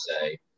say